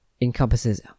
encompasses